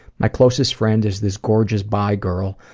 my closest friend is this gorgeous bi girl,